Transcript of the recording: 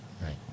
right